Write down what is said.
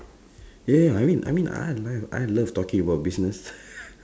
ya ya I mean I mean I like I love talking about business